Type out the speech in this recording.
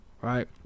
right